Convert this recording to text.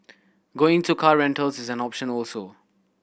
going to car rentals is an option also